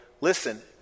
listen